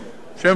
שהם פיירים.